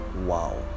Wow